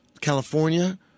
California